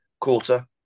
quarter